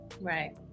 Right